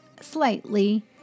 slightly